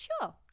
Sure